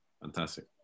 Fantastic